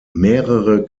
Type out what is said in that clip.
mehrere